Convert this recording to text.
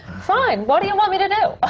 fine, what do you want me to do?